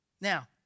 Now